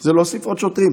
זה להוסיף עוד שוטרים.